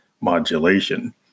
modulation